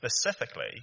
specifically